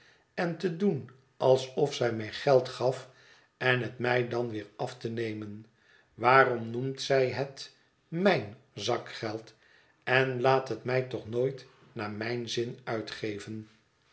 en te doen alsof zij mij geld gaf en het mij dan weer af te nemen waarom noemt zij het m ij n zakgeld en laat het mij toch nooit naar mijn zin uitgeven